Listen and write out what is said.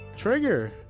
Trigger